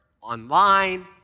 online